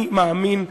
אני מאמין,